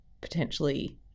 potentially